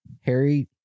Harry